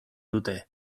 dute